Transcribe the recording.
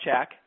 check